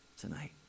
tonight